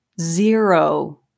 zero